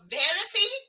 vanity